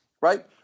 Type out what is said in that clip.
right